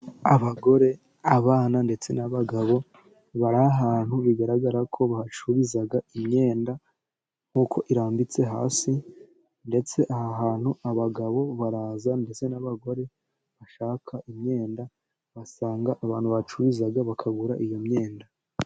Abagore, abana ndetse n'abagabo bari ahantu bigaragara ko bahacururiza imyenda ,nkuko irambitse hasi. Ndetse aha hantu, abagabo baraza, ndetse n'abagore bashaka imyenda basanga abantu bahacururiza bakagura iyo myenda.